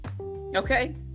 Okay